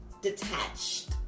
detached